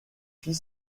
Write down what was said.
fit